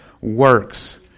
works